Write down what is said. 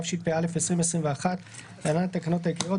התשפ"א 2021 (להלן התקנות העיקריות),